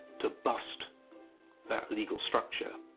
to bust that legal structure.